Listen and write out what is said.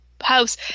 house